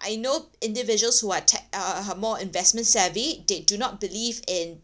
I know individuals who are tech uh more investment savvy they do not believe in